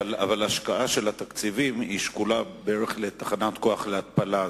אבל השקעת התקציבים שקולה בערך לתקציב לתחנת כוח להתפלה.